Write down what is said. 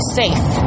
safe